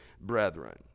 brethren